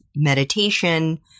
meditation